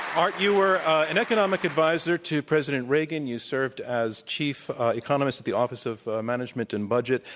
art, you were an economic adviser to president reagan you served as chief economist at the office of management and budget.